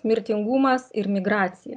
mirtingumas ir migracija